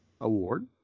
award